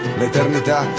l'eternità